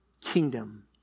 kingdom